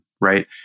Right